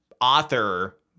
author